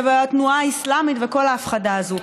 והתנועה האסלאמית וכל ההפחדה הזו.